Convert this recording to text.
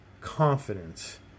confidence